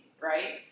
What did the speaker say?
right